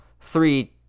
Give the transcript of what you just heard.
three